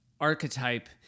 archetype